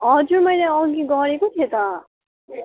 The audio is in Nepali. हजुर मैले अघि गरेको थिएँ त